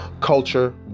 Culture